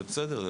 זה בסדר,